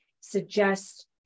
suggest